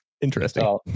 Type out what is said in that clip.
Interesting